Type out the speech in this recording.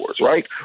right